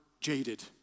jaded